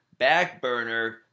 Backburner